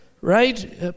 right